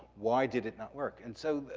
why did it not work? and so,